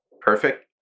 perfect